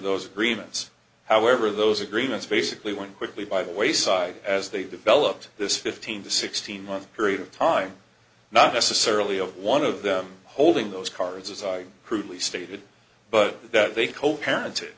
those agreements however those agreements basically went quickly by the wayside as they developed this fifteen to sixteen month period of time not necessarily of one of them holding those cards as i crudely stated but that they co parent